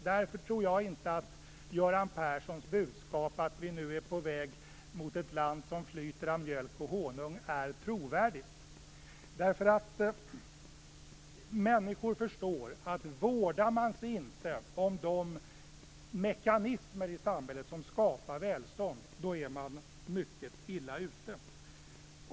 Därför tror jag inte att Göran Perssons budskap om att vi nu är på väg mot ett land som flyter av mjölk och honung är trovärdigt. Människor förstår att om man inte vårdar sig om de mekanismer i samhället som skapar välstånd är man mycket illa ute.